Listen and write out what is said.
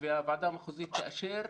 והוועדה המקומית יאשרו,